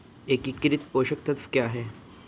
एकीकृत पोषक तत्व क्या है?